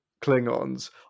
Klingons